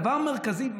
דבר מרכזי,